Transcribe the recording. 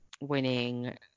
winning